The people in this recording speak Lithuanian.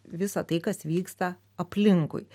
visa tai kas vyksta aplinkui